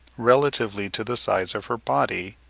relatively to the size of her body,